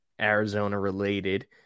Arizona-related